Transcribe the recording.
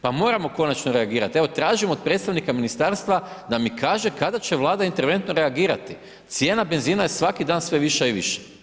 Pa moramo konačno reagirati, evo tražimo od predstavnika ministarstva da mi kaže kada će Vlada interventno reagirati, cijena benzina je svaki dan sve viša i viša.